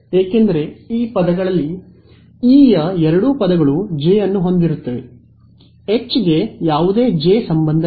ಏಕೆಂದರೆ ಇ ಪದಗಳಲ್ಲಿ ಈ ಯ ಎರಡೂ ಪದಗಳು ಜೆ ಅನ್ನು ಹೊಂದಿರುತ್ತವೆ H ಗೆ ಯಾವುದೇ j ಸಂಬಂಧವಿಲ್ಲ